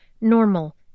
normal